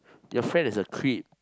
your friend is a creep